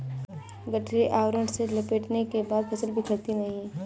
गठरी आवरण से लपेटने के बाद फसल बिखरती नहीं है